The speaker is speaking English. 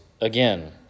again